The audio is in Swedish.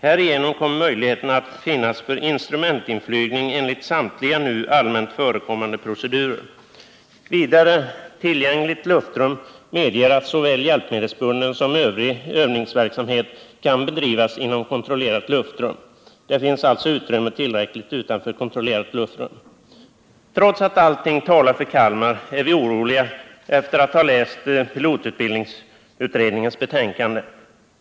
Härigenom kommer möjligheter att finnas för instrumentinflygning enligt samtliga nu allmänt förekommande procedurer.” Man säger vidare: ”Tillgängligt luftrum medger att såväl hjälpmedelsbunden som övrig övningsverksamhet kan bedrivas inom kontrollerat luftrum. Det finns också utrymme tillgängligt utanför kontrollerat luftrum.” Trots att allting talar för Kalmar är vi efter att ha läst pilotutbildningsutredningens betänkande oroliga.